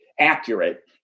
accurate